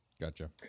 Gotcha